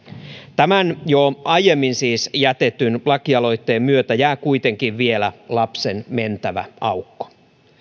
tämän jo aiemmin siis jätetyn lakialoitteen myötä jää kuitenkin vielä lapsen mentävä aukko